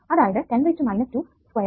അതായത് 10 2 square ampere